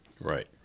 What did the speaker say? Right